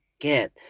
get